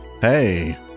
hey